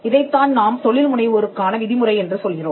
இதைத்தான் நாம் தொழில் முனைவோருக்கான விதிமுறை என்று சொல்கிறோம்